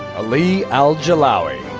ali al jailawi.